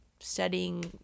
studying